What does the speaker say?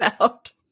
out